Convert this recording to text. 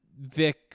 Vic